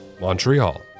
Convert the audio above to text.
Montreal